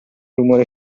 rumore